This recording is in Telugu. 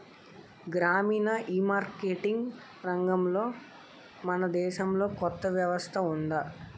గ్రామీణ ఈమార్కెటింగ్ రంగంలో మన దేశంలో కొత్త వ్యవస్థ ఉందా?